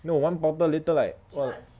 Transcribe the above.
no one bottle later like